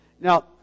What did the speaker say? Now